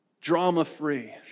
drama-free